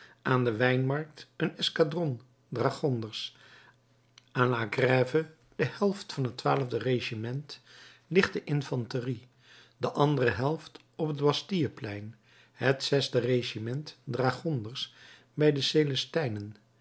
aan de wijnmarkt een escadron dragonders aan la grève de helft van het regiment lichte infanterie de andere helft op het bastilleplein het zesde regiment dragonders bij de célestijnen